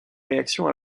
réaction